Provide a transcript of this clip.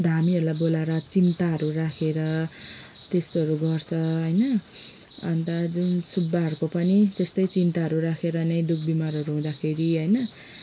धामीहरूलाई बोलाएर चिन्ताहरू राखेर त्यस्तोहरू गर्छ होइन अन्त जुन सुब्बाहरूको पनि त्यस्तै चिन्ताहरू राखेर नै दुखबिमारहरू हुँदाखेरि होइन